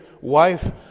wife